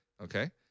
okay